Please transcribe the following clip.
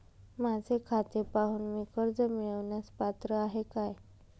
माझे खाते पाहून मी कर्ज मिळवण्यास पात्र आहे काय?